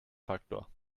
faktor